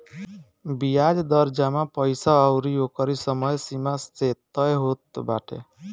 बियाज दर जमा पईसा अउरी ओकरी समय सीमा से तय होत बाटे